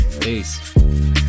Peace